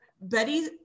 Betty